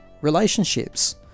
Relationships